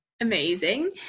Amazing